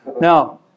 Now